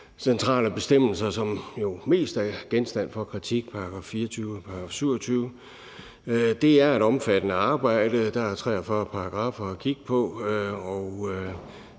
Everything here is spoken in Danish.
centrale bestemmelser, som jo mest er genstand for kritik, § 24 og § 27. Det er et omfattende arbejde – der er 43 paragraffer at kigge på